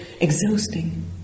exhausting